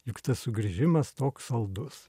juk tas sugrįžimas toks saldus